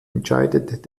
entscheidet